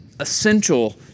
essential